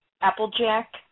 Applejack